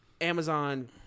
Amazon